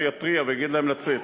שיתריע ויגיד להם לצאת.